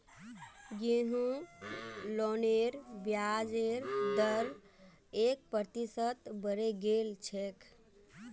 गृह लोनेर ब्याजेर दर एक प्रतिशत बढ़े गेल छेक